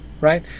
right